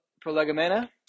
prolegomena